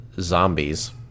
Zombies